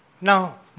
Now